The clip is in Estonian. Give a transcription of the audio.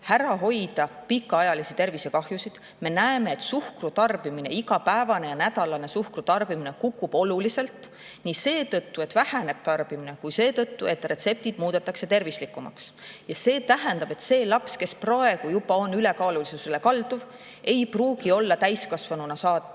ära hoida pikaajalisi tervisekahjusid. Me näeme, et suhkrutarbimine, igapäevane ja ‑nädalane suhkrutarbimine kukub oluliselt nii seetõttu, et tarbimine väheneb, kui ka seetõttu, et retseptid muudetakse tervislikumaks. See tähendab, et see laps, kes praegu juba on ülekaalulisusele kalduv, ei pruugi olla täiskasvanuks saades